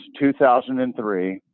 2003